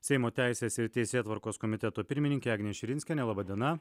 seimo teisės ir teisėtvarkos komiteto pirmininkė agnė širinskienė laba diena